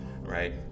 right